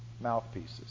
mouthpieces